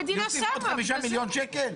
להוסיף עוד 5 מיליון שקל?